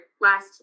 last